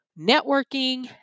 networking